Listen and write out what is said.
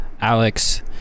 Alex